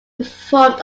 performed